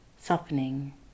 softening